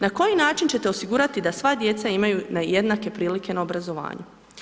Na koji način ćete osigurati da sva djeca imaju na jednake prilike na obrazovanju?